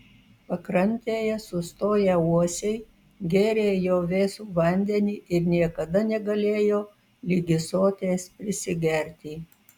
pakrantėje sustoję uosiai gėrė jo vėsų vandenį ir niekada negalėjo ligi soties prisigerti